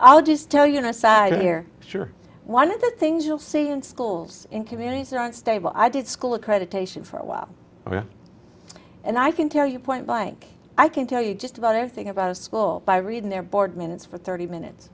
i'll just tell you and i sat here sure one of the things you'll see in schools in communities that are unstable i did school accreditation for a while and i can tell you point blank i can tell you just about everything about a school by reading their board minutes for thirty minutes